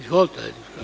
Izvolite.